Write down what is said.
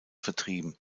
vertrieben